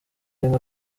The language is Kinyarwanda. rimwe